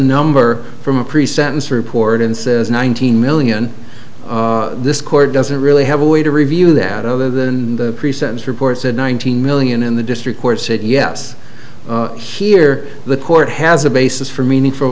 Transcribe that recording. number from a pre sentence report and says nineteen million this court doesn't really have a way to review that other than the pre sentence reports in one thousand million in the district court said yes here the court has a basis for meaningful